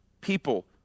People